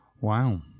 Wow